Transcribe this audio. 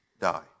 die